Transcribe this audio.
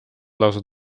lausa